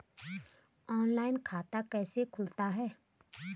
Online खाता कैसे खुलता है?